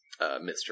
Mr